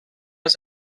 als